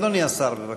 אדוני השר, בבקשה.